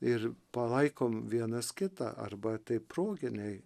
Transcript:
ir palaikom vienas kitą arba tai proginiai